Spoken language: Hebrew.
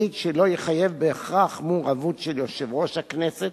שנית, שלא יחייב בהכרח מעורבות של יושב-ראש הכנסת,